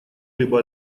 либо